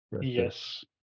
Yes